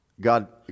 God